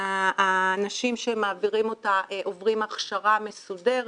האנשים שמעבירים אותה עוברים הכשרה מסודרת,